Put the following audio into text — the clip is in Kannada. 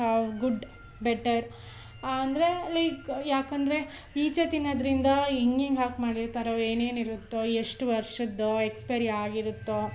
ಗುಡ್ ಬೆಟರ್ ಅಂದರೆ ಲೈಕ್ ಯಾಕಂದರೆ ಈಚೆ ತಿನ್ನೋದ್ರಿಂದ ಹಿಂಗ್ ಹಿಂಗ್ ಹಾಕಿ ಮಾಡಿರ್ತಾರೋ ಏನೇನು ಇರುತ್ತೋ ಎಷ್ಟು ವರ್ಷದ್ದು ಎಕ್ಸ್ಪೈರಿ ಆಗಿರುತ್ತೋ